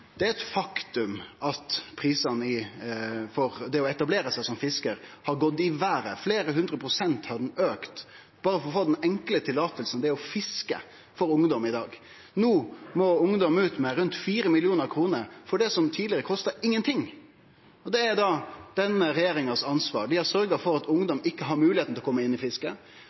Det er eit faktum at prisane for det å etablere seg som fiskar har gått i vêret. Dei har auka med fleire hundre prosent berre for å få det enkle løyvet til å fiske – for ungdom i dag. No må ungdom ut med rundt 4 mill. kr for det som tidlegare ikkje kosta nokon ting. Det er ansvaret til denne regjeringa. Dei har sørgt for at ungdom ikkje har moglegheit for å koma inn i